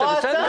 זו ההצעה.